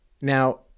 Now